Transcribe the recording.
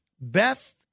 Beth